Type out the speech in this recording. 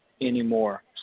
anymore